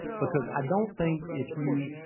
because i don't think, if you